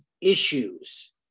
issues